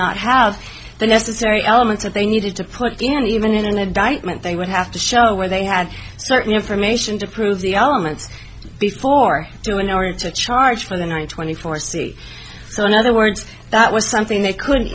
not have the necessary elements that they needed to put in even a dime they would have to show where they had certain information to prove the elements before to in order to charge for the nine twenty four c so in other words that was something they could